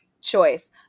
choice